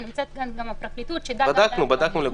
ונמצאת כאן גם הפרקליטות --- בדקנו לגופו.